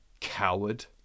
coward